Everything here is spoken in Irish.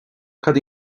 cad